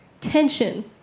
tension